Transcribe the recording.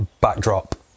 backdrop